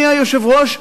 אדוני היושב-ראש,